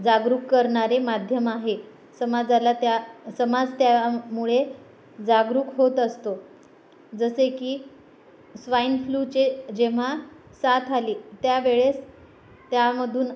जागरूक करणारे माध्यम आहे समाजाला त्या समाज त्या मुळे जागरूक होत असतो जसे की स्वाईन फ्लूचे जेव्हा साथ आली त्या वेळेस त्यामधून